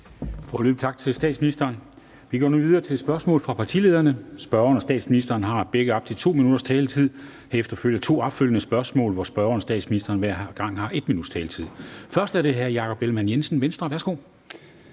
Først er det hr. Jakob Ellemann-Jensen, Venstre.